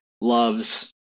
loves